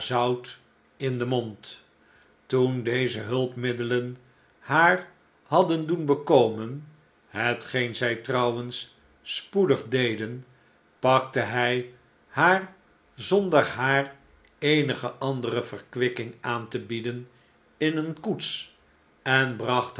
in den mond toen deze hulpmiddelen haar hadden doen bekomen hetgeen zij trouwens spoedig deden pakte hij haar zonder haar eenige andere verkwikking aan te bieden in eene koets en bracht